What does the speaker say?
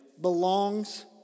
belongs